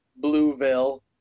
Blueville